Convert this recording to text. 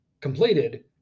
completed